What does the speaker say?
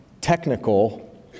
technical